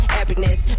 epicness